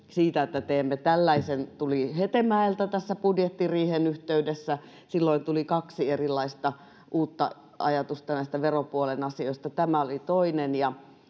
siitä että teemme tällaisen tuli hetemäeltä budjettiriihen yhteydessä silloin tuli kaksi erilaista uutta ajatusta näistä veropuolen asioista tämä oli toinen ja